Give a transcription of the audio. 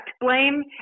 blame